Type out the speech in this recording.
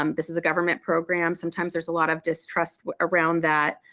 um this is a government program sometimes there's a lot of distrust around that.